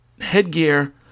headgear